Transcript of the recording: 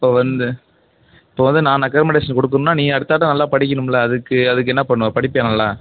இப்போ வந்து இப்போ வந்து நான் ரெக்கமெண்டேஷன் கொடுக்குணுன்னா நீ அடுத்ததாட்டம் நல்லா படிக்கணும்ல அதுக்கு அதுக்கு என்ன பண்ணுவே படிப்பியா நல்லா